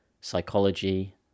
psychology